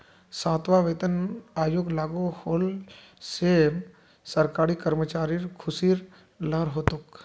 सातवां वेतन आयोग लागू होल से सरकारी कर्मचारिर ख़ुशीर लहर हो तोक